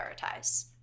prioritize